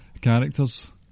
Characters